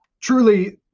truly